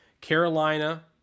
Carolina